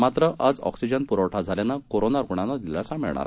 मात्र आज ऑक्सिजन पुरवठा झाल्याने कोरोना रुग्णांना दिलासा मिळणार आहे